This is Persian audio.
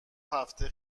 هفته